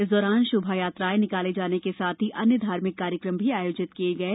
इस दौरान शोभायात्रायें निकाले जाने के साथ ही अन्य धार्मिक कार्यक्रम आयोजित किये गयें